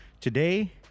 Today